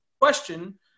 question